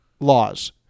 laws